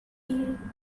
you